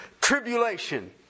tribulation